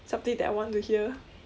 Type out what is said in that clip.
something that I want to hear